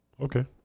Okay